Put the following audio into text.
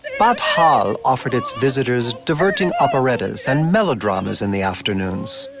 bad hall offered its visitors diverting operettas and melodramas in the afternoons.